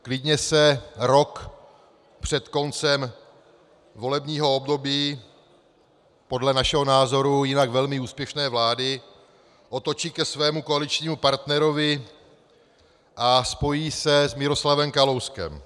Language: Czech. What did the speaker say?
Klidně se rok před koncem volebního období podle našeho názoru jinak velmi úspěšné vlády otočí ke svému koaličnímu partnerovi a spojí se s Miroslavem Kalouskem.